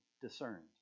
discerned